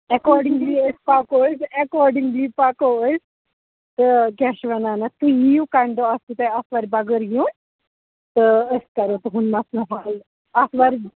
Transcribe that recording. accordingly أسۍ پَکو أسۍ ایٚکاڈِنٛگلی پَکو أسۍ تہٕ کیٛاہ چھِ وَنان اتھ تُہۍ یِیِو کمہِ دۄہ آسوٕ تۄہہِ آتھوارِ بَغٲر یُن تہٕ أسۍ کَرَو تُہُنٛد مَسلہٕ حَل آتھوارِ